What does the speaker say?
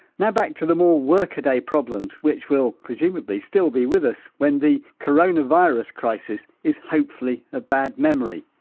now back to the more work-a-day problems which will presumably still be with us when the coronavirus crisis is hopefully a bad memory.